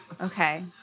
Okay